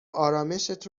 آرامِشت